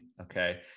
Okay